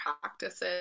practices